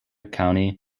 county